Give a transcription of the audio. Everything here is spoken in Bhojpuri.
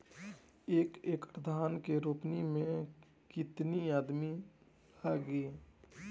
एक एकड़ धान के रोपनी मै कितनी आदमी लगीह?